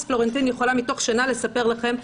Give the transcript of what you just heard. פלורנטין יכולה מתוך שינה לספר לכם,